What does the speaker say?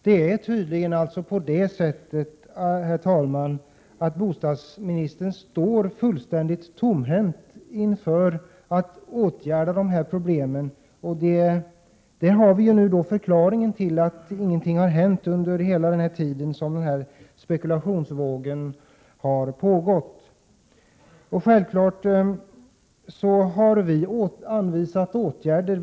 Det är tydligen på det sättet, herr talman, att bostadsministern står fullständigt tomhänt inför hur han skall åtgärda dessa problem. Där har vi förklaringen till att ingenting har hänt under hela den tid som spekulationsvågen har pågått! Självfallet har vi anvisat åtgärder.